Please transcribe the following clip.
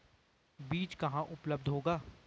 बीज कहाँ उपलब्ध होगा?